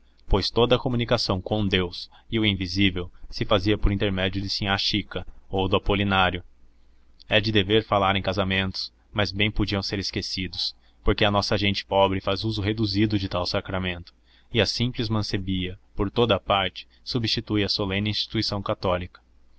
pois toda a comunicação com deus e o invisível se fazia por intermédio de sinhá chica ou do apolinário é de dever falar em casamento mas bem podiam ser esquecidos porque a nossa gente pobre faz uso reduzido de tal sacramento e a simples mancebia por toda a parte substitui a solene instituição católica